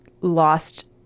lost